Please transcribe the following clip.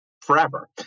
Forever